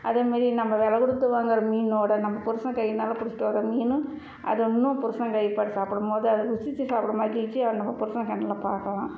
அதே மாதிரி நம்ம வெலை கொடுத்து வாங்குகிற மீனோடய நம்ம புருஷன் கையினால் புடிச்சிகிட்டு வர்ற மீன் அது இன்னும் புருஷன் கைப்பட சாப்பிடும்போது அது ருசிச்சு சாப்பிட்ற மகிழ்ச்சி அது நம்ம புருஷன் கண்ணில் பார்க்கலாம்